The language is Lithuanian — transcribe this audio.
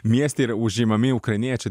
miestai yra užimami ukrainiečiai